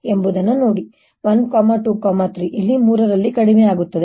ಅದನ್ನು ನೋಡೋಣ 1 2 3 ಇದು 3 ರಲ್ಲಿ ಕಡಿಮೆಯಾಗುತ್ತದೆ